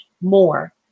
more